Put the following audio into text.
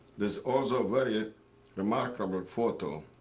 this also very ah remarkable photo.